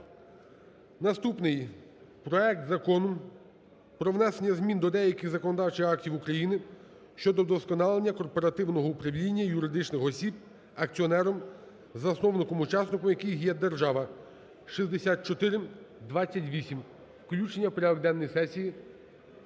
Наступний, проект Закону про внесення змін до деяких законодавчих актів України щодо вдосконалення корпоративного управління юридичних осіб, акціонером (засновником, учасником) яких є держава (6428). Включення у порядок денний сесії.